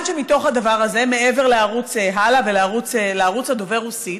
מעבר לערוץ הלא ולערוץ דובר הרוסית,